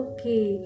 Okay